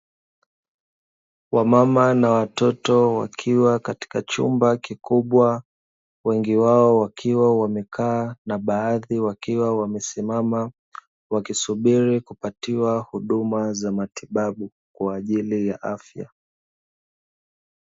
Wamama na wototo wakiwa katika chumba kikubwa, wengi wao wakiwa wamekaa na baadhi wakiwa wasimama, wakisubiri kupatiwa huduma za matibabu, kwa ajili ya afya.